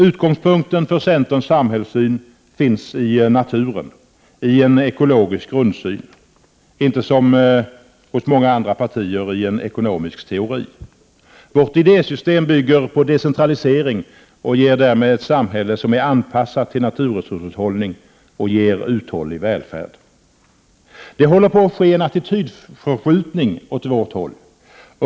Utgångspunkten för centerns samhällssyn finns i naturen, i en ekologisk grundsyn — inte som hos många andra partier i en ekonomisk teori. Vårt idésystem bygger på decentralisering och skapar därmed ett samhälle, som är anpassat till naturresurshushållning och ger uthållig välfärd. Det håller på att ske en attitydförskjutning åt vårt håll.